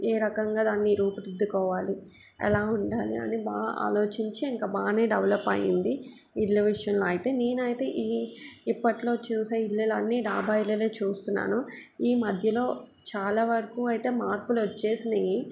ఏ రకంగా దాన్ని రూపుదిద్దుకోవాలి ఎలా ఉండాలి అని బాగా ఆలోచించి ఇంక బాగా డెవలప్ అయింది ఇళ్ళ విషయంలో ఐతే నేనైతే ఈ ఇప్పట్లో చూసే ఇళ్ళు అన్నీ డాబా ఇళ్ళు చూస్తున్నాను ఈ మధ్యలో చాలా వరకు ఐతే మార్పులు వచ్చినాయి